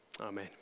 Amen